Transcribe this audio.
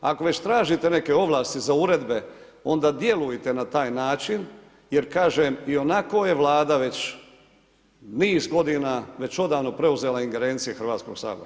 Ako već tražite neke ovlasti za uredbe, onda djelujte na taj način jer kažem, ionako je Vlada već niz godina, već odavno preuzela ingerencije Hrvatskog sabora.